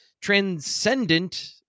transcendent